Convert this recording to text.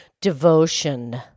devotion